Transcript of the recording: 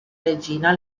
regina